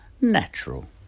natural